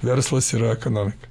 verslas yra ekonomika